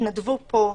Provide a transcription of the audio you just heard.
התנדבו פה,